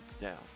down